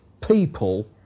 people